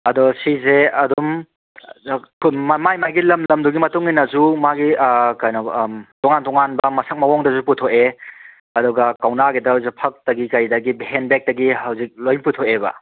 ꯑꯗꯣ ꯁꯤꯖꯦ ꯑꯗꯨꯝ ꯃꯥꯏ ꯃꯥꯒꯤ ꯂꯝ ꯂꯝꯗꯨꯒꯤ ꯃꯇꯨꯡ ꯏꯟꯅꯁꯨ ꯃꯥꯒꯤ ꯀꯩꯅꯣ ꯇꯣꯉꯥꯟ ꯇꯣꯉꯥꯟꯕ ꯃꯁꯛ ꯃꯋꯣꯡꯗꯖꯨ ꯄꯨꯊꯣꯛꯑꯦ ꯑꯗꯨꯒ ꯀꯧꯅꯥꯒꯤꯗ ꯍꯧꯖꯤꯛ ꯐꯛꯇꯒꯤ ꯀꯔꯤꯗꯒꯤ ꯍꯦꯟꯕꯦꯛꯇꯒꯤ ꯍꯧꯖꯤꯛ ꯂꯣꯏ ꯄꯨꯊꯣꯛꯑꯦꯕ